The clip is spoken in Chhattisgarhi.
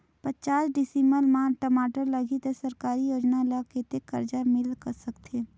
पचास डिसमिल मा टमाटर लगही त सरकारी योजना ले कतेक कर्जा मिल सकथे?